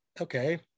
okay